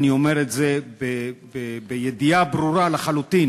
אני אומר את זה בידיעה ברורה לחלוטין,